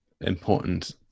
important